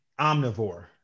omnivore